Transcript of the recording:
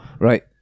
Right